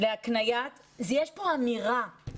יש פה אמירה.